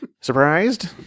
Surprised